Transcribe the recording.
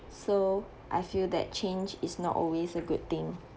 so I feel that change is not always a good thing